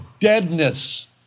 deadness